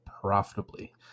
profitably